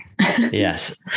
Yes